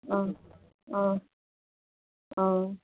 অঁ অঁ অঁ